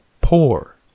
poor